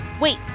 wait